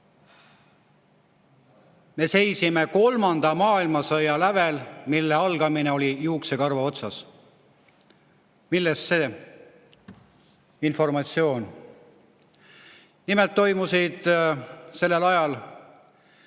Me seisime kolmanda maailmasõja lävel, mille [ärahoidmine] oli juuksekarva otsas. Millest see informatsioon? Nimelt toimusid sellel ajal